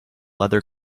leather